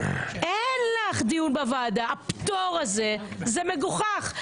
אין לך דיון בוועדה, הפטור הזה זה מגוחך.